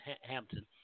Hampton